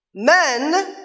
Men